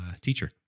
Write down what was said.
teacher